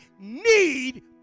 need